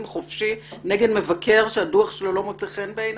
חופשי נגד מבקר פנים שהדוח שלו לא מוצא חן בעיניו?